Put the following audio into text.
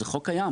זה חוק קיים.